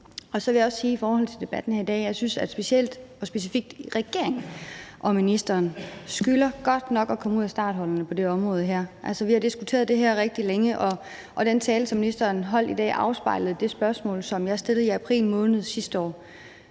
Så vil jeg også sige i forhold til debatten her i dag, at jeg synes, at specielt og specifikt regeringen og ministeren godt nok skylder os at komme ud af starthullerne på det område her. Vi har diskuteret det her rigtig længe, og den tale, som ministeren holdt i dag, afspejlede det spørgsmål, som jeg stillede i april måned sidste år.